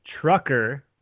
trucker